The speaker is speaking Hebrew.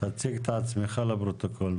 תציג את עצמך, בבקשה.